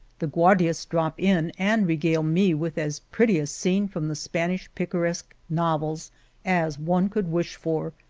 the guardias drop in and regale me with as pretty a scene from the spanish picaresque novels as one could wish for.